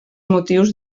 motius